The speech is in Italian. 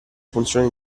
funzione